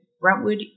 Brentwood